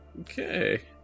okay